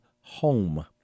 home